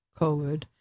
COVID